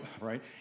right